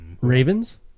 Ravens